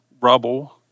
rubble